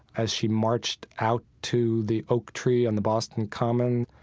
as she marched out to the oak tree on the boston common,